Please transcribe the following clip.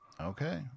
Okay